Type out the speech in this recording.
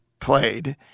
played